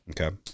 Okay